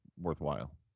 worthwhile